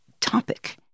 topic